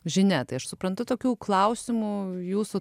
žinia tai aš suprantu tokių klausimų jūsų